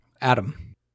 Adam